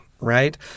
right